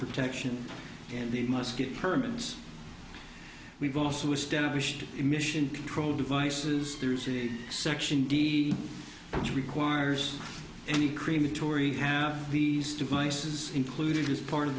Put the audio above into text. protection and they must get permits we've also established emission control devices there's a section d which requires any crematory have these devices included as part of